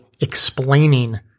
explaining